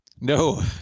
No